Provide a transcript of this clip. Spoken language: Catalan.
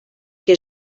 que